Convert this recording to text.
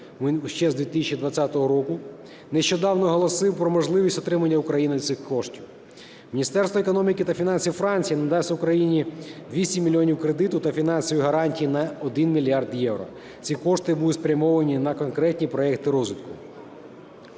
ще з 2020 року, нещодавно оголосив про можливість отримання Україною цих коштів. Міністерство економіки та фінансів Франції надасть Україні 200 мільйонів кредиту та фінансові гарантії на 1 мільярд євро. Ці кошти будуть спрямовані на конкретні проекти розвитку.